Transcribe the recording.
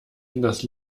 hinters